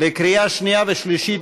לקריאה שנייה ושלישית.